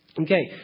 okay